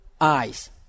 eyes